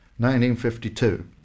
1952